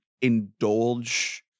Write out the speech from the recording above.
indulge